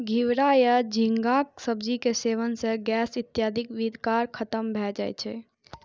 घिवरा या झींगाक सब्जी के सेवन सं गैस इत्यादिक विकार खत्म भए जाए छै